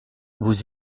vous